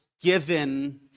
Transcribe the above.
given